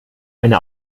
eine